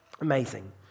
Amazing